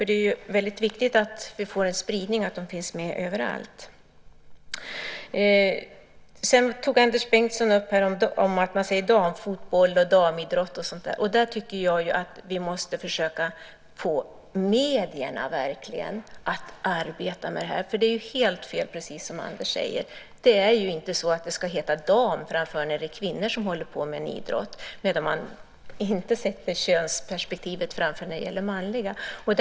Det är ju viktigt att vi får en spridning så att invandrarna finns med överallt. Anders Bengtsson tog upp det här med att man säger damfotboll, damidrott och så vidare. Jag tycker att vi måste försöka få medierna att arbeta med det. Det är ju helt fel, precis som Anders säger. Det ska inte heta "dam" framför när det är kvinnor som håller på med en idrott när man inte sätter könsperspektivet på den manliga idrotten!